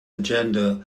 agenda